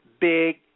big